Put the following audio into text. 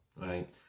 Right